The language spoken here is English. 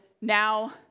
now